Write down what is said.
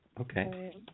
Okay